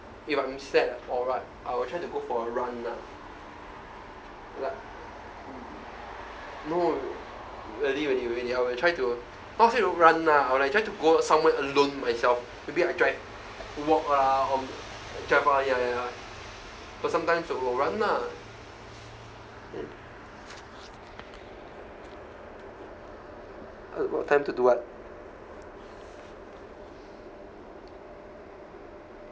if I'm sad or what I will try to go for a run ah like no really really really I will try to not say run lah I will like try to go somewhere alone myself maybe I drive walk lah or drive lah ya ya ya but sometimes will run lah eh what time to do what